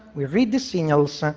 we read the signals,